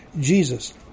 Jesus